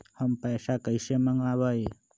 हम पैसा कईसे मंगवाई?